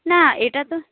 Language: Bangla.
না এটা তো